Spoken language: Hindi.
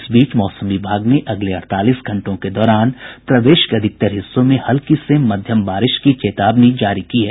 इस बीच मौसम विभाग ने अगले अड़तालीस घंटों के दौरान प्रदेश के अधिकतर हिस्सों में हल्की से मध्यम बारिश की चेतावनी जारी की है